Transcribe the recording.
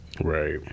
Right